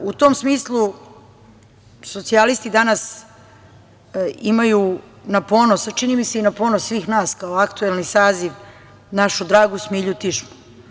U tom smislu, socijalisti danas imaju na ponos, a čini mi se i na ponos svih nas, kao aktuelni saziv, našu dragu Smilju Tišmu.